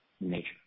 nature